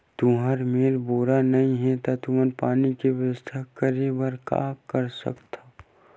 तुहर मेर बोर नइ हे तुमन पानी के बेवस्था करेबर का कर सकथव?